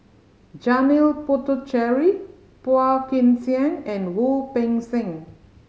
Janil Puthucheary Phua Kin Siang and Wu Peng Seng